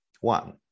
one